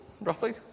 roughly